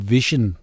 Vision